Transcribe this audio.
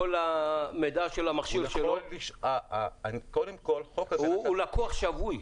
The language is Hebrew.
לכל המידע של המכשיר שלו, הוא לקוח שבוי.